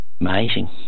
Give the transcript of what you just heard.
amazing